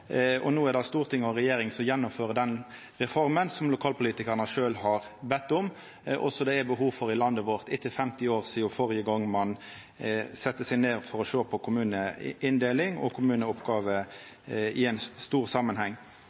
kommunereform. No er det Stortinget og regjeringa som gjennomfører den reforma, som lokalpolitikarane sjølve har bedt om, og som det er behov for i landet vårt, ettersom det er 50 år sidan førre gongen ein sette seg ned for å sjå på kommuneinndelinga og kommuneoppgåvene i ein stor samanheng.